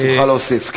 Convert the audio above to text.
תוכל להוסיף.